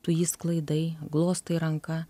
tu jį sklaidai glostai ranka